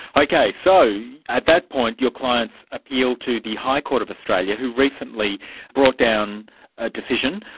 okay, so, at that point your clients appealed to the high court of australia who recently brought down a decision.